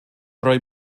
roi